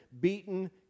beaten